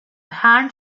hand